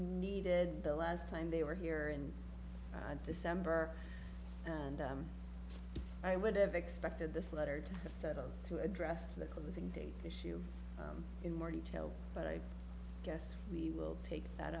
needed the last time they were here in december and i would have expected this letter to set out to address the closing date issue in more detail but i guess we will take that